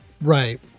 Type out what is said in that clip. Right